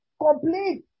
complete